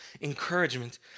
encouragement